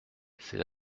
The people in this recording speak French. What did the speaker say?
c’est